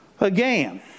Again